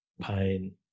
pain